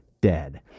dead